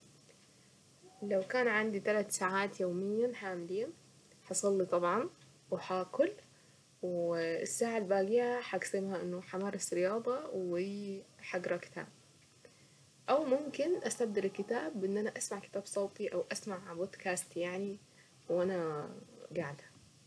لو كان عندي تلات ساعات يوميا كاملين هصلي له طبعا وهاكل والساعة الباقية هقسمها انه همارس رياضة وهقرا كتاب او ممكن ابدل الكتاب بان انا اسمع كتاب صوتي او اسمع بودكاست يعني وانا قاعدة.